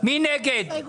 מי נגד?